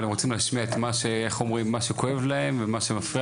הם רוצים להשמיע את מה שכואב להם ומה שמפריע